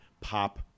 pop